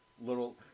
little